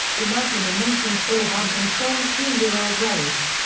imagine a nation full of uncontrolled two-year-old rage.